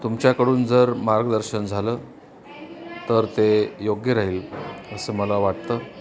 तुमच्याकडून जर मार्गदर्शन झालं तर ते योग्य राहील असं मला वाटतं